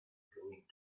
going